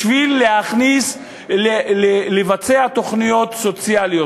בשביל לבצע תוכניות סוציאליות